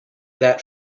that